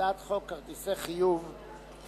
הצעת חוק כרטיסי חיוב (תיקון,